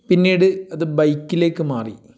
പിന്നീട് അത് ബൈക്കിലേക്ക് മാറി